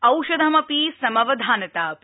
औषधम् अपि सम वधानता अपि